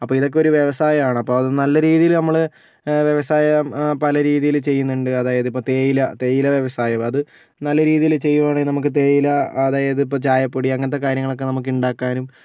അപ്പോൾ ഇതൊക്കെയൊരു വ്യവസായമാണ് അപ്പോൾ അത് നല്ലരീതിയിൽ നമ്മൾ വ്യവസായം പലരീതിയിൽ ചെയ്തിട്ടുണ്ട് അതായതിപ്പോൾ തേയില തേയില വ്യവസായം അത് നല്ലരീതിയിൽ ചെയ്യുകയാണെങ്കിൽ നമുക്ക് തേയില അതായതിപ്പോൾ ചായപ്പൊടി അങ്ങനത്തെ കാര്യങ്ങളൊക്കെ നമുക്ക് ഉണ്ടാകാനും